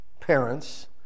parents